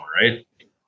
right